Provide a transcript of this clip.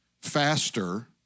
faster